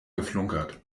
geflunkert